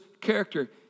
character